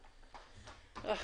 נעולה.